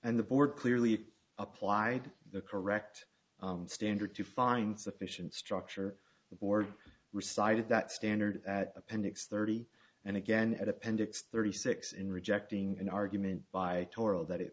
and the board clearly applied the correct standard to find sufficient structure the board recited that standard that appendix thirty and again at appendix thirty six in rejecting an argument by toral that it